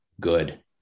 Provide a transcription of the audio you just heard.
good